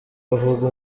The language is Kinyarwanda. bavuga